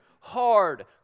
hard